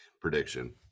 prediction